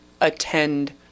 attend